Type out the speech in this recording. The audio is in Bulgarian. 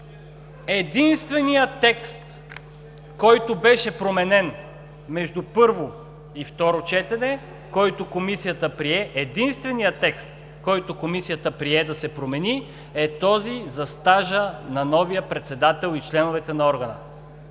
Единственият текст, който беше променен между първо и второ четене, който Комисията прие да се промени, е този за стажа на новия председател и членовете на органа.